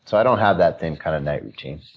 so i don't have that same kind of night routine.